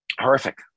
horrific